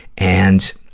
and,